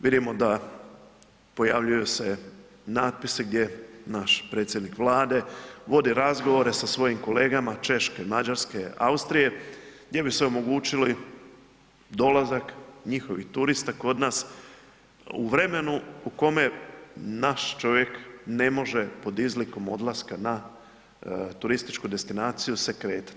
Vidimo da pojavljuje se natpisi gdje naš predsjednik Vlade vodi razgovore sa svojim kolegama, Češke, Mađarske, Austrije, gdje vi se omogućili dolazak njihovih turista kod nas u vremenu u kome naš čovjek ne može pod izlikom odlaska na turističku destinaciju se kretati.